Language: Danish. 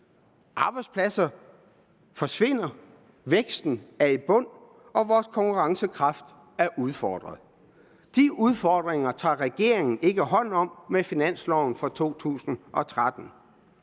Arbejdspladser forsvinder. Væksten er i bund. Og vores konkurrencekraft er udfordret. De udfordringer tager regeringen ikke hånd om med finansloven for 2013.